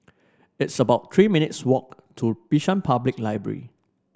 it's about Three minutes' walk to Bishan Public Library